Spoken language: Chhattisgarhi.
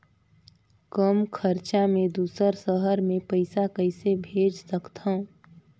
कम खरचा मे दुसर शहर मे पईसा कइसे भेज सकथव?